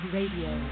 Radio